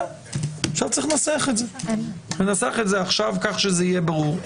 צריך לנסח את זה כדי שזה יהיה ברור.